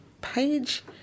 page